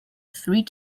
three